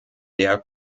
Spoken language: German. der